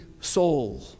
soul